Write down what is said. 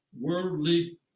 worldly